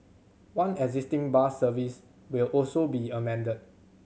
one existing bus service will also be amended